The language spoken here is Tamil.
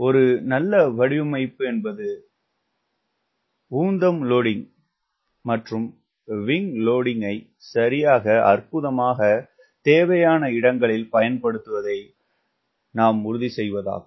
ஒரு நல்ல வடிவமைப்பு உந்தம் லோடிங்க் மற்றும் விங்க் லோடிங்கினை சரியாக அற்புதமாகத் தேவையான இடங்களில் பயன்படுத்துவதை உறுதி செய்ய வேண்டும்